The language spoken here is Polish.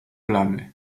plamy